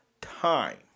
time